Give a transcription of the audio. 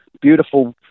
beautiful